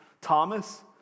Thomas